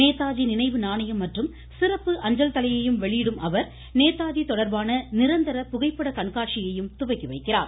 நேதாஜி நினைவு நாணயம் மற்றும் சிறப்பு அஞ்சல் தலையையும் வெளியிடும் அவர் நேதாஜி தொடர்பான நிரந்தர புகைப்படக் கண்காட்சியையும் அவர் துவக்கி வைக்கிறார்